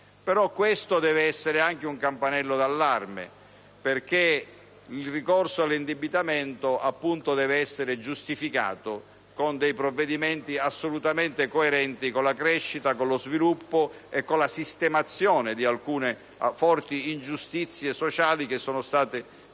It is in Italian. Questo deve essere però anche un campanello d'allarme, perché il ricorso all'indebitamento deve essere giustificato con provvedimenti assolutamente coerenti con la crescita, lo sviluppo e il superamento di alcune forti ingiustizie sociali frutto di